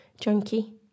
junkie